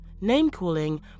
Name-calling